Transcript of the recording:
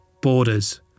Borders